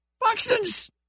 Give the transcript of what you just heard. Buxton's